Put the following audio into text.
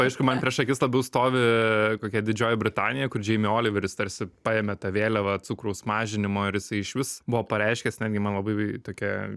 aišku man prieš akis labiau stovi kokia didžioji britanija kur džeimi oliveris tarsi paėmė tą vėliavą cukraus mažinimo ir jisai išvis buvo pareiškęs netgi man labai tokia